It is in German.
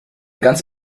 ganz